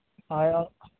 ᱦᱳᱭ